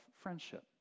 friendship